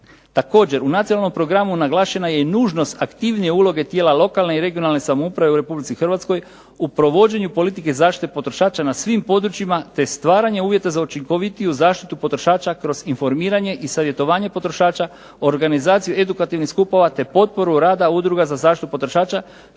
Također, u Nacionalnom programu naglašena je i nužnost aktivnije uloge tijela lokalne i regionalne samouprave u Republici Hrvatskoj u provođenju politike zaštite potrošača na svim područjima te stvaranje uvjeta za učinkovitiju zaštitu potrošača kroz informiranje i savjetovanje potrošača, organizaciju edukativnih skupova te potporu rada udruga za zaštitu potrošača